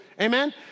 Amen